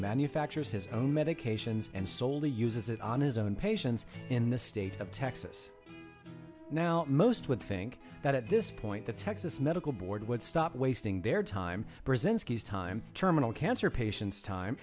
manufactures his own medications and soley uses it on his own patients in the state of texas now most would think that at this point the texas medical board would stop wasting their time brzezinski's time terminal cancer patients time